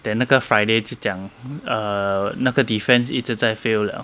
then 那个 friday 就讲 err 那个 defence 一直在 fail 了